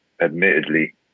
admittedly